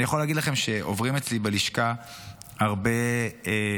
אני יכול להגיד לכם שעוברים אצלי בלשכה הרבה מילואימניקים